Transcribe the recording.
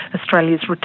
Australia's